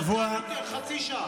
רגע, ירון, איפה שר?